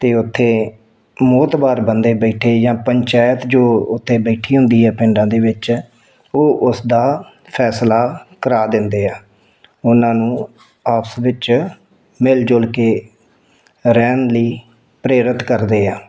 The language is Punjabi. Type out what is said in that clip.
ਅਤੇ ਉੱਥੇ ਮੋਹਤਬਾਰ ਬੰਦੇ ਬੈਠੇ ਜਾਂ ਪੰਚਾਇਤ ਜੋ ਉੱਥੇ ਬੈਠੀ ਹੁੰਦੀ ਹੈ ਪਿੰਡਾਂ ਦੇ ਵਿੱਚ ਉਹ ਉਸ ਦਾ ਫੈਸਲਾ ਕਰਾ ਦਿੰਦੇ ਆ ਉਹਨਾਂ ਨੂੰ ਆਪਸ ਵਿੱਚ ਮਿਲ ਜੁਲ ਕੇ ਰਹਿਣ ਲਈ ਪ੍ਰੇਰਿਤ ਕਰਦੇ ਆ